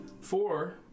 Four